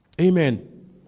Amen